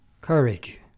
Courage